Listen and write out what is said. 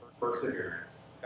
perseverance